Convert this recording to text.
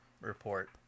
report